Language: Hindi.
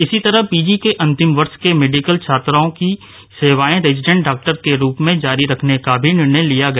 इसी तरह पीजी के अंतिम वर्ष के मेडिकल छात्रों की सेवाए रेजिडेन्ट डॉक्टर के रूप में जारी रखने का भी निर्णय लिया गया